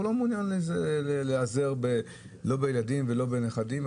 והוא לא מעוניין להיעזר לא בילדים ולא בנכדים.